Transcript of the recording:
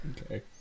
Okay